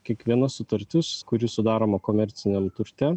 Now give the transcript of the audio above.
kiekviena sutartis kuri sudaroma komerciniam turte